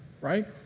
Right